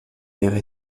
mère